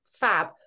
fab